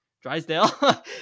Drysdale